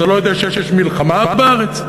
אתה לא יודע שיש מלחמה בארץ?